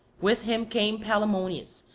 with him came palaemonius,